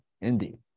Indeed